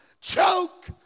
choke